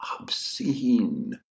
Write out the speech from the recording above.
obscene